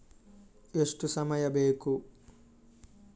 ಎಷ್ಟು ಸಮಯ ಬೇಕು?